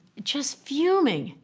just fuming!